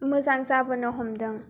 मोजां जाबोनो हमदों